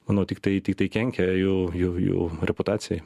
o nu tiktai tiktai kenkia jų jų jų reputacijai